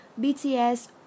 BTS